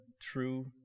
true